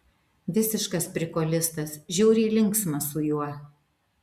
visiškas prikolistas žiauriai linksma su juo